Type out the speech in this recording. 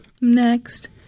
next